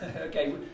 okay